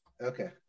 Okay